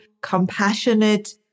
compassionate